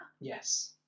Yes